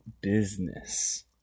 business